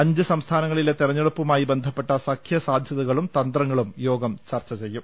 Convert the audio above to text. അഞ്ച് സംസ്ഥാനങ്ങളിലെ തെരഞ്ഞെടുപ്പുമായി ബന്ധപ്പെട്ട സഖ്യ സാധൃതകളും തന്ത്രങ്ങളും യോഗം ചർച്ച ചെയ്യും